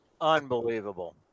Unbelievable